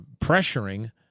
pressuring